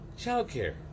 childcare